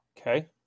Okay